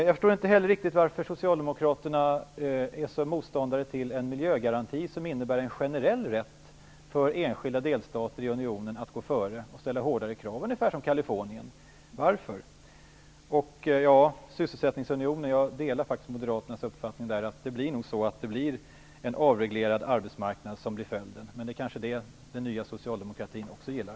Jag förstår inte heller riktigt varför Socialdemokraterna är sådana motståndare till en miljögaranti som innebär en generell rätt för enskilda delstater i unionen att gå före och ställa hårdare krav, ungefär som i Kalifornien? Varför är det alltså så? Jag delar faktiskt Moderaternas uppfattning om detta med en sysselsättningsunion. En avreglerad arbetsmarknad är nog vad som blir följden, men det är kanske något som den nya socialdemokratin också gillar.